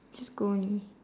just go only